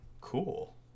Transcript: Cool